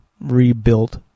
rebuilt